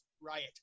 riot